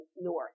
north